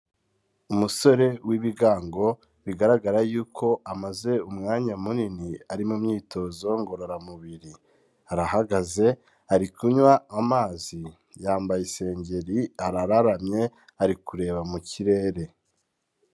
Umusore w'ibigango bigaragara yuko amaze umwanya munini ari mu myitozo ngororamubiri, arahagaze ari kunywa amazi, yambaye isengeri arararamye ari kureba mu kirere.